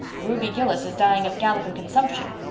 ruby gillis is dying of galloping consumption,